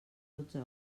dotze